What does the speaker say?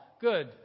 Good